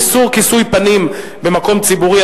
איסור כיסוי פנים במקום ציבורי),